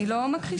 מזיקה.